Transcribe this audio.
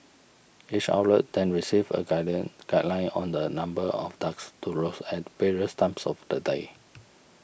each outlet then receives a garden guideline on the number of ducks to roast at various times of the day